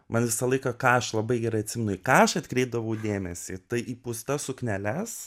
man visą laiką ką aš labai gerai atsimenu į ką aš atkreipdavau dėmesį į pūstas sukneles